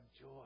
joy